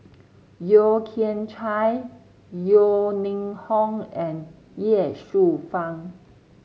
Yeo Kian Chai Yeo Ning Hong and Ye Shufang